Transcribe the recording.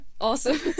Awesome